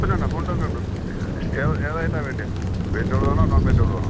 പിന്നെയെന്താ ഫുഡൊക്കെ ഉണ്ട് ഏത് ഏത് ഐറ്റമാണ് വേണ്ടത് വെജിറ്റബിള് വേണോ നോൺവെജിറ്റബിള് വേണോ